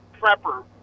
prepper